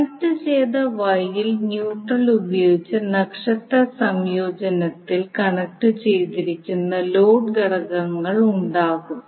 കണക്റ്റുചെയ്ത Y ൽ neutral ഉപയോഗിച്ച് നക്ഷത്ര സംയോജനത്തിൽ കണക്റ്റുചെയ്തിരിക്കുന്ന ലോഡ് ഘടകങ്ങൾ ഉണ്ടാകും